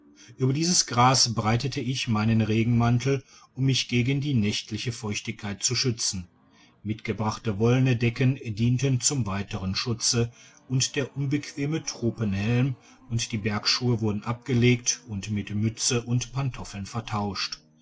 ueber dieses gras breitete ich meinen regenmantel um mich gegen die nächtliche feuchtigkeit zu schützen mitgebrachte wollene decken dienten zum weiteren schutze und der unbequeme tropenhelm und die bergschuhe wurden abgelegt und mit mütze und pantoffeln vertauscht